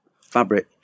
fabric